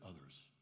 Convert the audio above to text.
others